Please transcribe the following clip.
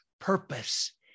purpose